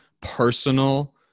personal